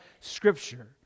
scripture